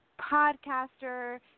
podcaster